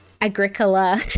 Agricola